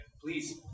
please